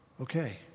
Okay